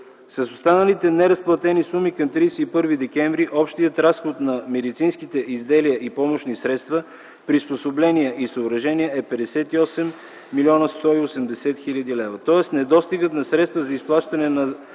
С останалите неразплатени суми към 31 декември 2009 г., общият разход на медицинските изделия и помощни средства, приспособления и съоръжения е 58 млн. 180 хил. лв., тоест недостигът на средства за изплащане на